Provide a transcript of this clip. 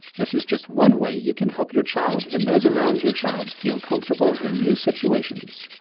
this is just one way you can help your child in those around your child feel comfortable in new situations.